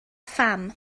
pham